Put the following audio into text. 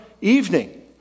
evening